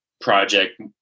project